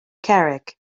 carrick